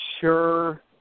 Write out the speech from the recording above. sure